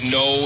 no